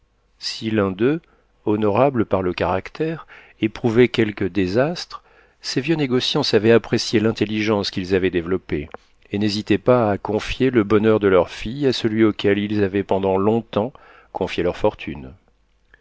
si l'un d'eux honorable par le caractère éprouvait quelque désastre ces vieux négociants savaient apprécier l'intelligence qu'ils avaient développée et n'hésitaient pas à confier le bonheur de leurs filles à celui auquel ils avaient pendant longtemps confié leurs fortunes